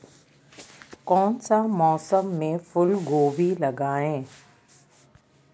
कौन सा मौसम में फूलगोभी लगाए?